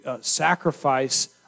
sacrifice